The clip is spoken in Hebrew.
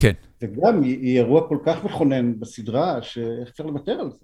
כן. וגם היא אירוע כל כך מכונן בסדרה שאי אפשר לוותר על זה.